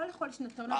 לא לכל שנתון,